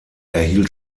erhielt